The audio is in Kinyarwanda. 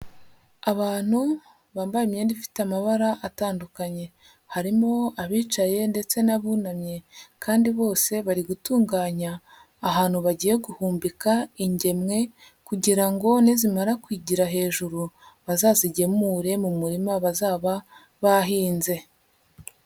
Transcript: Abantu bambaye imyenda ifite amabara atandukanye, harimo abicaye ndetse n'abunamye kandi bose bari gutunganya ahantu bagiye guhumbika ingemwe kugira ngo nizimara kwigira hejuru bazazigemure mu murima bazaba bahinze.